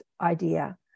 idea